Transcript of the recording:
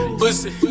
pussy